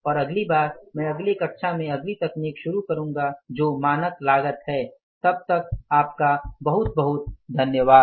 और अगली बार मैं अगली कक्षा में अगली तकनीक शुरू करूंगा जो मानक लागत है तब तक आपका बहुत बहुत धन्यवाद